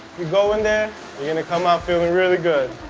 you go in there, you're going to come out feeling really good.